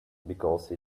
because